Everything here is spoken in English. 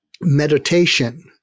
meditation